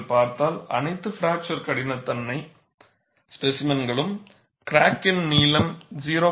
நீங்கள் பார்த்தால் அனைத்து பிராக்சர் கடினத்தன்மை ஸ்பேசிமென்களுக்கும் கிராக்கின் நீளம் 0